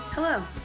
Hello